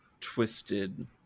twisted